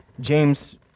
James